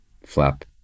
flap